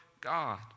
God